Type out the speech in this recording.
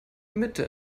mitte